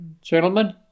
gentlemen